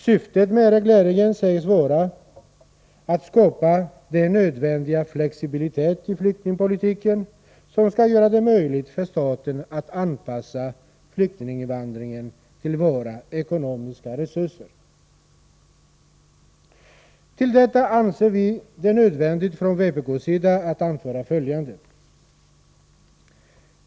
Syftet med regleringen sägs vara att skapa den nödvändiga flexibilitet i flyktingpolitiken som skall göra det möjligt för staten att anpassa flyktinginvandringen till våra ekonomiska resurser. Till detta anser vi från vpk det nödvändigt att anföra följande.